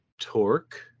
Torque